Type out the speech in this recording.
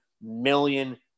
million